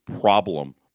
problem